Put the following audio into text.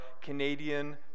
Canadian